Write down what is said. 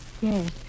Yes